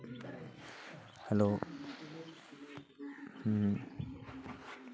hello ᱦᱮᱸ